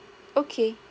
okay